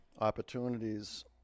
opportunities